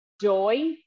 joy